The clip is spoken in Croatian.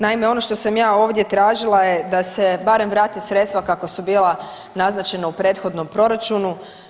Naime, ono što sam ja ovdje tražila je da se barem vrate sredstva kako su bila naznačena u prethodnom proračunu.